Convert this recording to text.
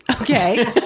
Okay